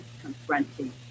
confronting